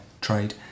trade